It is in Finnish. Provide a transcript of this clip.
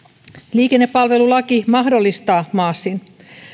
liikennepalvelulaki mahdollistaa maasin